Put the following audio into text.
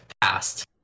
past